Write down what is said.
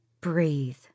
breathe